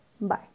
bye